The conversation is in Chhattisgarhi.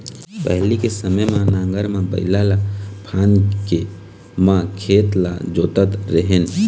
पहिली के समे म नांगर म बइला ल फांद के म खेत ल जोतत रेहेन